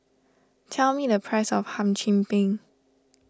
tell me the price of Hum Chim Peng